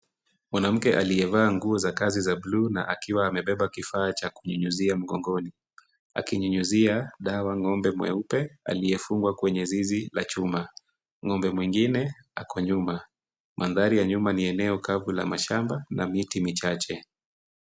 Mwanamke aliyevaa nguo za kazi za bluu na akiwa amebeba kifaa cha kunyunyuzia mgongoni akinyunyuzia dawa ng'ombe mweupe aliyefungwa kwenye zizi la chuma. Ng'ombe mwingine ako nyuma. Mandhari ya nyuma ni eneo kavu la mashamba na miti michache.